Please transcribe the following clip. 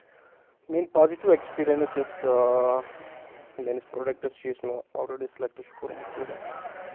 میٲنۍ positive experience یۄس میٲنِس پرٛوڈَکٹس چھِ یُس مےٚ آلریڈی سِلؠکٹ چھُ کوٚرمُت پروڈَکٹ